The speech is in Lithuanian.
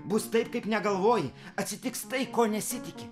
bus taip kaip negalvoji atsitiks tai ko nesitiki